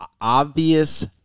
obvious